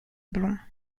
blonds